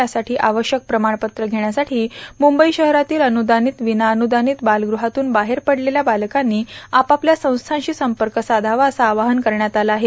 यासाठी आवश्यक प्रमाणपत्र घेण्यासाठी मुंबई शहरातील अनुदानित विनाअनुदानित बालगृहांतून बाहेर पडलेल्या बालकांनी आपआपल्या संस्थांशी संपर्क साधावा असं आवाहन करण्यात आलं आहे